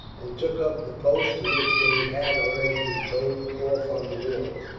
and took up the posts to which they had already been told off on the walls.